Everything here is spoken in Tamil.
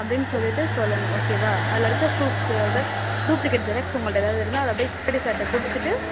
அப்படின்னு சொல்லிவிட்டு சொல்லணும் ஓகேவா அதில் இருக்க ப்ரூஃப்ஸோடு டூப்ளிகேட் ஜெராக்ஸ் உங்கள்கிட்ட எதாவது இருந்தால் அதை அப்படியே பிடி சார்கிட்ட கொடுத்துட்டு